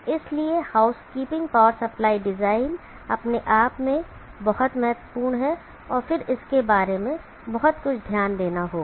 इसलिए housekeeping power supply design अपने आप में बहुत महत्वपूर्ण है और फिर इसके बारे में बहुत कुछ ध्यान देना होगा